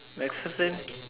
MacBook